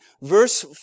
verse